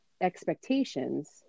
expectations